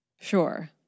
Sure